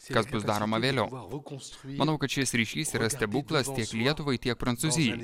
kas bus daroma vėliau manau kad šis ryšys yra stebuklas tiek lietuvai tiek prancūzijai